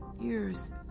years